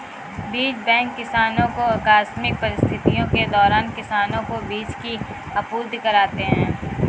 बीज बैंक किसानो को आकस्मिक परिस्थितियों के दौरान किसानो को बीज की आपूर्ति कराते है